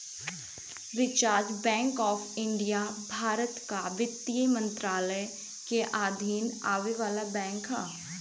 reserve Bank of India Bharat कअ वित्त मंत्रालय के अधीन आवे वाला बैंक हअ